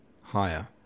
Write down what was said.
higher